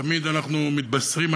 תמיד אנחנו מתבשרים,